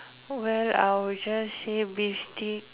where I will just say beef steak